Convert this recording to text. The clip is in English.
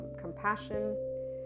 compassion